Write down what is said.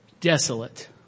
desolate